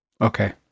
Okay